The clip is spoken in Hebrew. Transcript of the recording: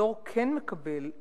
התיאטרון כן מקבל תמיכה,